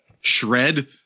shred